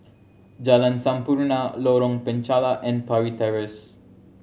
Jalan Sampurna Lorong Penchalak and Parry Terrace